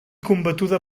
combatuda